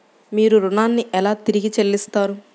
మీరు ఋణాన్ని ఎలా తిరిగి చెల్లిస్తారు?